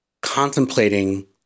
contemplating